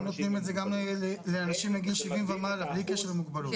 הם נותנים את זה גם לאנשים מגיל 70 ומעלה בלי קשר למוגבלות.